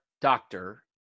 doctor